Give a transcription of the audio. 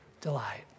delight